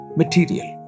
material